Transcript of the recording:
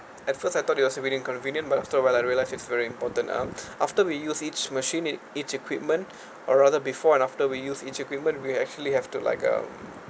at first I thought it was really convenient but after awhile I realize it's very important now after we use each machine each equipment or rather before and after we use each equipment we actually have to like um